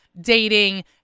dating